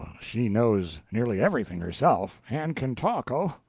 she knows nearly everything herself, and can talk, oh,